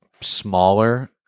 smaller